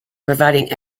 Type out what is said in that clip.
providing